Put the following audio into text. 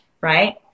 right